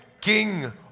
King